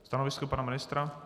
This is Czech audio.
Stanovisko pana ministra?